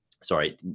sorry